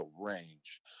range